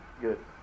good